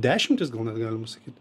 dešimtys gal net galima sakyt